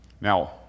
now